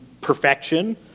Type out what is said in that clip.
perfection